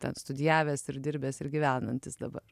ten studijavęs ir dirbęs ir gyvenantis dabar